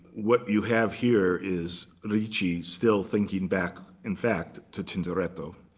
what you have here is ricci still thinking back, in fact, to tintoretto.